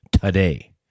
today